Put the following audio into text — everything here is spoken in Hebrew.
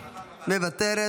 מוותרת,